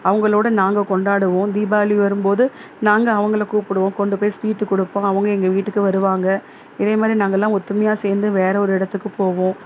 அவங்களோட நாங்கள் கொண்டாடுவோம் தீபாவளி வரும்போது நாங்கள் அவங்கள கூப்பிடுவோம் கொண்டு போய் ஸ்வீட்டு கொடுப்போம் அவங்க எங்கள் வீட்டுக்கு வருவாங்க இதேமாதிரி நாங்களெலாம் ஒற்றுமையா சேர்ந்து வேறு ஒரு இடத்துக்கு போவோம்